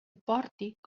pòrtic